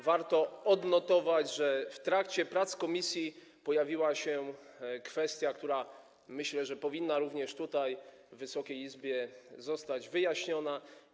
Warto odnotować, że w trakcie prac komisji pojawiła się kwestia, która, myślę, powinna również tutaj, w Wysokiej Izbie, zostać wyjaśniona.